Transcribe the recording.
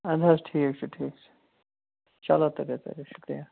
اَدٕ حظ ٹھیٖک چھُ ٹھیٖک چھُ چَلو تُلِو تُلِو شُکرِیہ